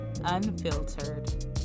Unfiltered